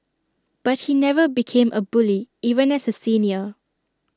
but he never became A bully even as A senior